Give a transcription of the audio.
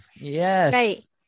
Yes